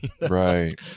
Right